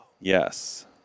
Yes